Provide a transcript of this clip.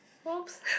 oops